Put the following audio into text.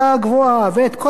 ואת כל הטוב הזה.